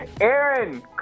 Aaron